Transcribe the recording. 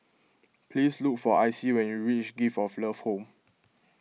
please look for Icey when you reach Gift of Love Home